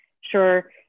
Sure